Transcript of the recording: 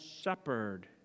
shepherd